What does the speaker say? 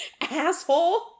Asshole